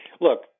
look